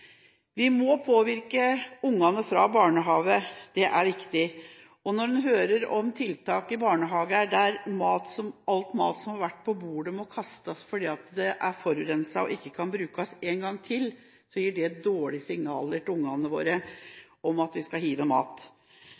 Vi må påvirke ungene fra barnehagen av, det er viktig. Når en hører om tiltak i barnehager der all mat som har vært på bordet, må kastes fordi den er «forurenset» og ikke kan brukes en gang til, gir dette dårlige signaler til ungene våre om at vi skal hive mat.